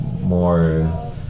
more